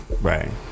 right